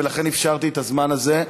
ולכן אפשרתי את הזמן הזה.